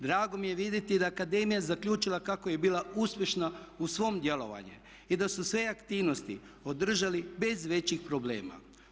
Drago mi je vidjeti da je akademija zaključila kako je bila uspješna u svom djelovanju i da su sve aktivnosti održali bez većih problema.